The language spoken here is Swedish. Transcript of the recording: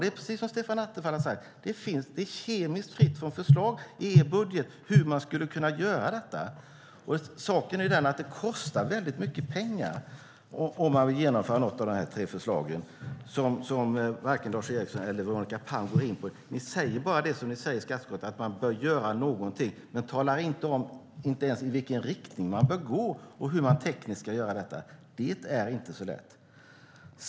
Det är precis som Stefan Attefall sade, det är kemiskt fritt från förslag i er budget till hur man skulle kunna genomföra detta. Saken är ju den att det kostar väldigt mycket pengar om man vill genomföra något av de tre förslagen. Veronica Palm och Lars Eriksson säger bara det som ni säger i skatteutskottet, att man bör göra någonting. Men ni talar inte ens om i vilken riktning som man bör gå och hur det ska genomföras tekniskt. Det är inte så lätt.